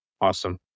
Awesome